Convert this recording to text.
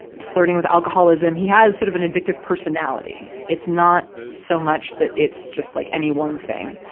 flirting with alcoholism. he has sort of an addictive personality. it's not so much that it's just like any one thing.